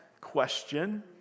question